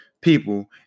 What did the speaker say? people